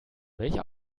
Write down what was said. welcher